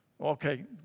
Okay